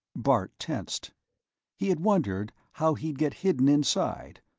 bart tensed he had wondered how he'd get hidden inside,